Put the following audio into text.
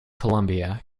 columbia